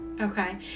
Okay